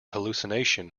hallucination